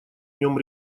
нем